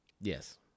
yes